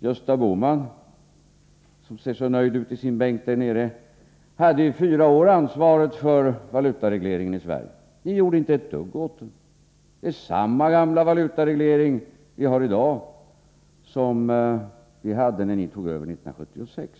Gösta Bohman — han ser så nöjd ut där han sitter i sin bänk — hade under fyra år ansvaret för valutaregleringen i Sverige. Men ni gjorde inte ett dugg i det här avseendet. Fortfarande har vi samma gamla valutareglering som 1976 när ni tog över regeringsansvaret.